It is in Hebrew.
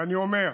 ואני אומר: